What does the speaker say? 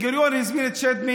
אתה צודק.